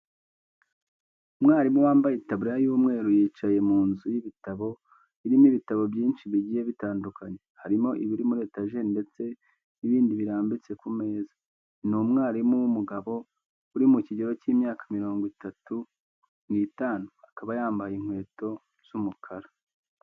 Umwarimu wambaye itaburiya y'umweru yicaye mu nzu y'ibitabo irimo ibitabo byinshi bigiye bitandukanye, harimo ibiri muri etajeri ndetse n'ibindi birambitse ku meza. Ni umwarimu w'umugabo uri mu kigero cy'imyaka mirongo itatu n'itanu akaba yambaye inkweto z'umukara.